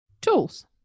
tools